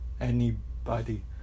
anybody